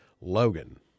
Logan